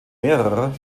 mehrerer